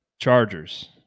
Chargers